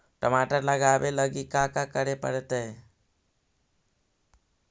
टमाटर लगावे लगी का का करये पड़तै?